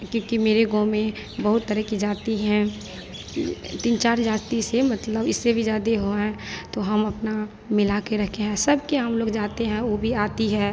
क्योंकि मेरे गाँव में बहुत तरह की जाति है यह तीन चार जाति से मतलब इससे भी ज़्यादा हैं तो हम अपना मिलाकर रखे हैं सबके हमलोग जाते हैं वह भी आती है